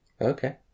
Okay